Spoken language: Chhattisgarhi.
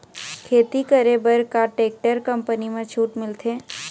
खेती करे बर का टेक्टर कंपनी म छूट मिलथे?